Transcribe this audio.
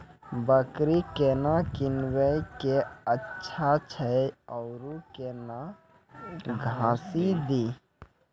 बकरी केना कीनब केअचछ छ औरू के न घास दी?